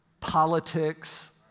politics